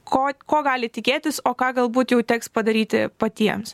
ko ko gali tikėtis o ką galbūt jau teks padaryti patiems